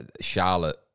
Charlotte